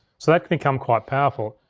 so that can become quite powerful.